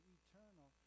eternal